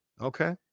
Okay